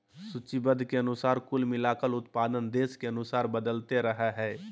सूचीबद्ध के अनुसार कुल मिलाकर उत्पादन देश के अनुसार बदलते रहइ हइ